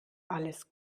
alles